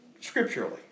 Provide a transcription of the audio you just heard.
Scripturally